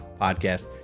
podcast